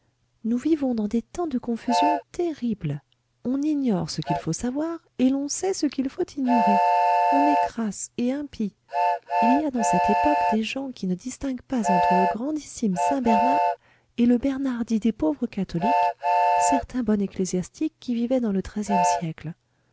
nous vivons dans des temps de confusion terrible on ignore ce qu'il faut savoir et l'on sait ce qu'il faut ignorer on est crasse et impie il y a dans cette époque des gens qui ne distinguent pas entre le grandissime saint bernard et le bernard dit des pauvres catholiques certain bon ecclésiastique qui vivait dans le treizième siècle